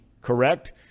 correct